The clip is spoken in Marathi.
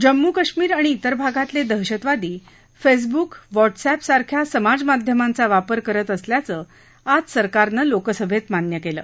जम्मू कश्मिर आणि इतर भागातले दहशतवादी फेसबुक व्हॉटसअप सारख्या समाज माध्यमांचा वापर करत असल्याचं आज सरकारनं लोकसभेत मान्य केलं